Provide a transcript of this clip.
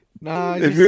Nah